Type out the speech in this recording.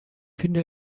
finde